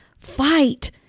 fight